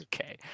okay